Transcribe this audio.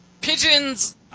Pigeons